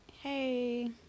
hey